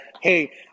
hey